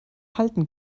halten